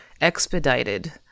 expedited